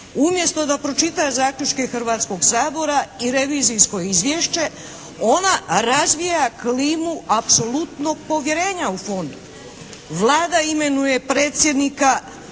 umjesto da pročita zaključke Hrvatskog sabora i revizijsko izvješće, ona razvija klimu apsolutnog povjerenja u fondu. Vlada imenuje predsjednika fonda